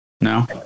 No